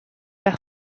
par